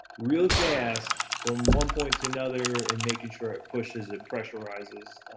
really fast, from one point to another, and making sure it pushes, it pressurizes,